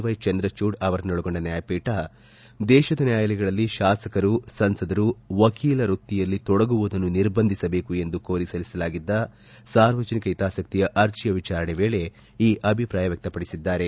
ವೈಚಂದ್ರಚೂಡ್ ಅವರನ್ನೊಳಗೊಂಡ ನ್ಯಾಯಪೀಠ ದೇತದ ನ್ಯಾಯಾಲಯಗಳಲ್ಲಿ ಶಾಸಕರು ಸಂಸದರು ವಕೀಲ ವೃತ್ತಿಯಲ್ಲಿ ತೊಡಗುವುದನ್ನು ನಿರ್ಬಂಧಿಸಬೇಕು ಎಂದು ಕೋರಿ ಸಲ್ಲಿಸಲಾಗಿದ್ದ ಸಾರ್ವಜನಿಕ ಹಿತಾಸಕ್ತಿ ಅರ್ಜಿಯ ವಿಚಾರಣೆಯ ವೇಳೆ ಈ ಅಭಿಪ್ರಾಯ ವ್ಯಕ್ತಪಡಿಸಿದ್ದಾರೆ